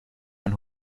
ein